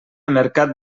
mercat